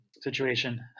Situation